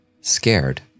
scared